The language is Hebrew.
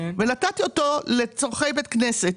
ונתתי אותו לצורכי בית כנסת.